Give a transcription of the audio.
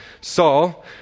Saul